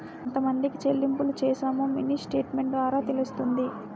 ఎంతమందికి చెల్లింపులు చేశామో మినీ స్టేట్మెంట్ ద్వారా తెలుస్తుంది